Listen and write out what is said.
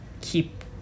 keep